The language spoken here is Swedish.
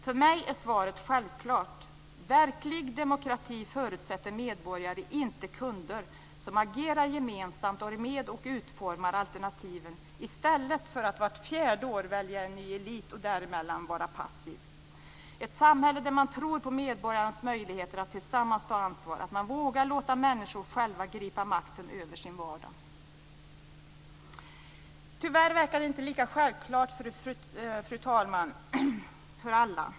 För mig är svaret självklart: Verklig demokrati förutsätter medborgare, inte kunder; medborgare som är med om att utforma alternativen i stället för att vart fjärde år välja en ny elit och däremellan vara passiv. Det förutsätter ett samhälle där man tror på medborgarnas möjligheter att tillsammans ta ansvar och där man vågar låta människor själva gripa makten över sin vardag. Tyvärr verkar detta inte vara lika självklart för alla, fru talman.